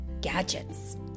gadgets